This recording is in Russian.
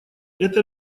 это